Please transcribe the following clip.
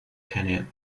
canyon